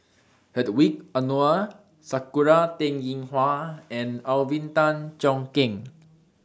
Hedwig Anuar Sakura Teng Ying Hua and Alvin Tan Cheong Kheng